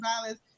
violence